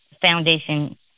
foundation